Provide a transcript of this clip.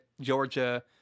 Georgia